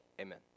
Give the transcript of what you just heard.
Amen